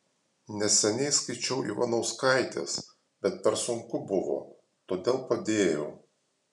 neseniai skaičiau ivanauskaitės bet per sunku buvo todėl padėjau